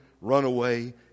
runaway